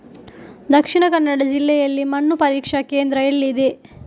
ದಕ್ಷಿಣ ಕನ್ನಡ ಜಿಲ್ಲೆಯಲ್ಲಿ ಮಣ್ಣು ಪರೀಕ್ಷಾ ಕೇಂದ್ರ ಎಲ್ಲಿದೆ?